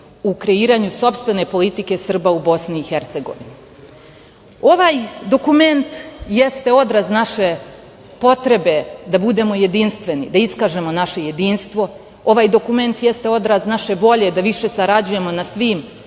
u kreiranju sopstvene politike Srba u Bosni i Hercegovini. Ovaj dokument jeste odraz naše potrebe da budemo jedinstveni, da iskažemo naše jedinstvo. Ovaj dokument jeste odraz naše volje da više sarađujemo na svim